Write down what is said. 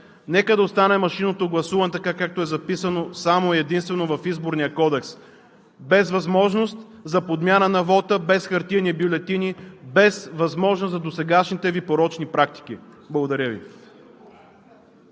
Нека да остане машинното гласуване така, както е записано само и единствено в Изборния кодекс – без възможност за подмяна на вота, без хартиени бюлетини, без възможност за досегашните Ви порочни практики! Благодаря Ви.